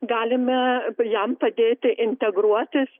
galime jam padėti integruotis